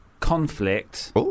Conflict